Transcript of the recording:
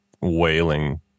wailing